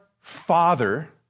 Father